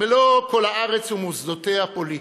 מלוא כל הארץ ומוסדותיה פוליטיקה.